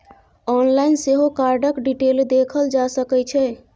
online सेहो कार्डक detail देखल जा सकै छै